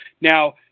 Now